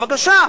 בבקשה,